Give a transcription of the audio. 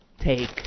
take